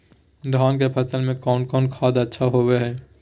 धान की फ़सल में कौन कौन खाद अच्छा होबो हाय?